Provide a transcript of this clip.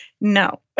No